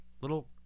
little